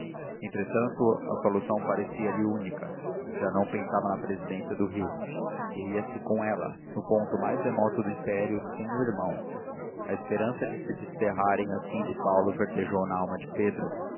entretanto a solução parecia-lhe única já não pensava na presidência do rio queria se com ela no ponto mais remoto do império sem o irmão a esperança de se desterrarem assim de paulo verdejou na alma de pedro